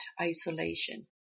isolation